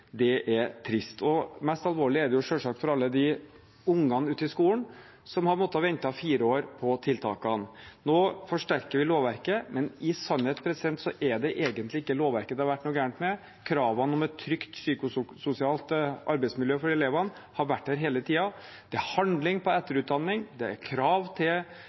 det er trist. Mest alvorlig er det selvsagt for alle de ungene ute i skolen som har måttet vente fire år på tiltakene. Nå forsterker vi lovverket, men i sannhet er det egentlig ikke lovverket det har vært noe galt med. Kravene om et trygt psykososialt arbeidsmiljø for elevene har vært der hele tiden. Det er handling knyttet til etterutdanning, det er krav til